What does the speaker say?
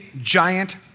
giant